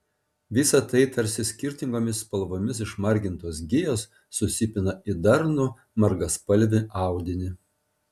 visa tai tarsi skirtingomis spalvomis išmargintos gijos susipina į darnų margaspalvį audinį